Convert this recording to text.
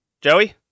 Joey